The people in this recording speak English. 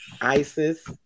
Isis